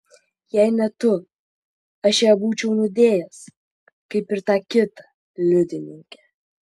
jei ne tu aš ją būčiau nudėjęs kaip ir tą kitą liudininkę